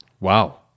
wow